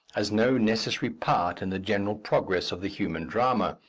as no necessary part in the general progress of the human drama.